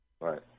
Right